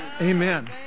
Amen